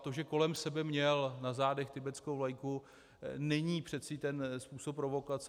To, že kolem sebe měl na zádech tibetskou vlajku, není přece ten způsob provokace.